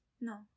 No